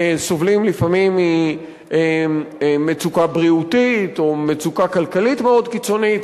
סובלים לפעמים ממצוקה בריאותית או מצוקה כלכלית מאוד קיצונית,